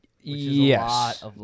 Yes